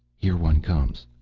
here one comes.